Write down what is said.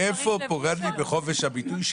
איפה פגעתי בחופש הביטוי,